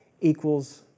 equals